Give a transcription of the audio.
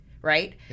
right